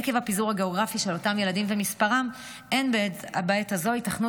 עקב הפיזור הגאוגרפי של אותם ילדים ומספרם אין בעת הזו היתכנות